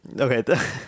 Okay